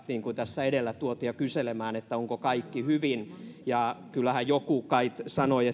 niin kuin tässä edellä tuotiin ja kyselemään onko kaikki hyvin kyllähän joku kai sanoi